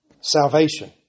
Salvation